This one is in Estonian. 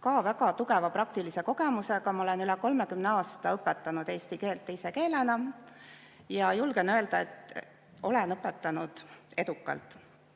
ka väga tugeva praktilise kogemusega: ma olen üle 30 aasta õpetanud eesti keelt teise keelena ja julgen öelda, et olen õpetanud edukalt.